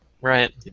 Right